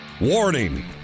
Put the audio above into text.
Warning